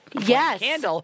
Yes